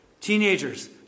Teenagers